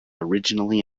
originally